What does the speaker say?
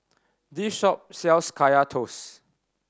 this shop sells Kaya Toast